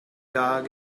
dog